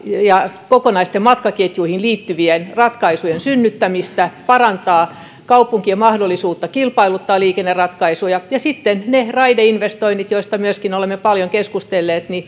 ja kokonaisiin matkaketjuihin liittyvien ratkaisujen synnyttämistä ja parantaa kaupunkien mahdollisuutta kilpailuttaa liikenneratkaisuja ja sitten ne raideinvestoinnit joista myöskin olemme paljon keskustelleet